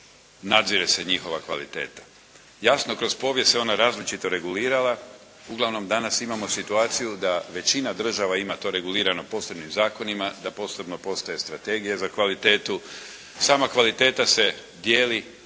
nadzire se njihova kvaliteta. Jasno kroz povijest se ona različito regulirala, danas imamo situaciju da većina država to ima regulirano posebnim zakonima, da posebno postoje strategije za kvalitetu, sama kvaliteta se dijeli,